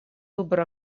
выбор